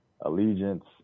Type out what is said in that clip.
allegiance